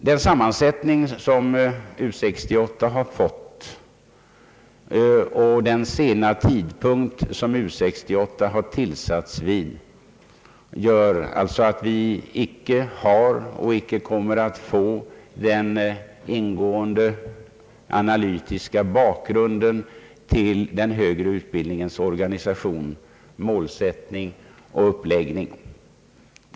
Den sammansättning som U 68 fått och den sena tidpunkt vid vilken denna utredning tillsatts gör att vi inte kunnat få en tillräckligt analytisk bak grund vad beträffar den högre utbildningens organisation, målsättning och uppläggning.